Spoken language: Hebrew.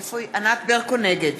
נגד